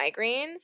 migraines